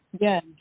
Yes